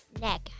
Neck